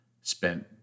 spent